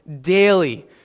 daily